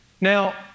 Now